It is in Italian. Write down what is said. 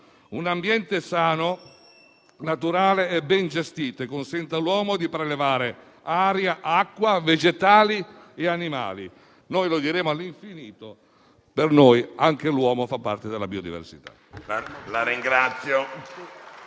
Un ambiente sano, naturale e ben gestito consente all'uomo di prelevare aria, acqua, vegetali e animali. Lo diremo all'infinito: per noi anche l'uomo fa parte della biodiversità.